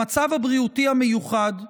במצב הבריאותי המיוחד,